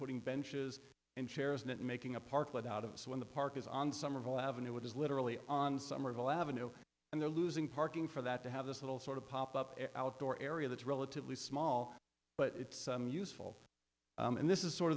putting benches and chairs in it making a park let out of when the park is on somerville avenue which is literally on somerville avenue and they're losing parking for that to have this little sort of pop up outdoor area that's relatively small but it's useful and this is sort